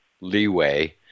leeway